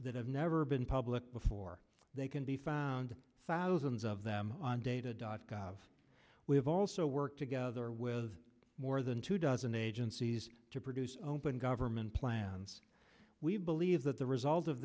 that have never been public before they can be found thousands of them on data dot gov we have also worked together with more than two dozen agencies to produce open government plans we believe that the result of